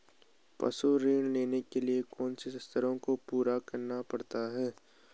पशुपालन ऋण लेने के लिए कौन सी शर्तों को पूरा करना पड़ता है?